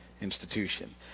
institution